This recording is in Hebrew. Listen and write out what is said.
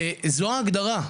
וזו ההגדרה,